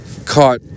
caught